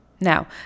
Now